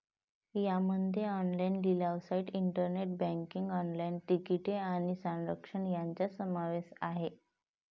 यामध्ये ऑनलाइन लिलाव site, internet banking, online तिकिटे आणि आरक्षण यांचा समावेश आहे